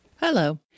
Hello